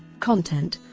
content